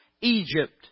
Egypt